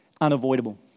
unavoidable